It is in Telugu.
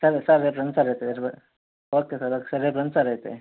సార్ సార్ రేపు రండి అయితే సార్ ఓకే సార్ రేపు రండి సార్ అయితే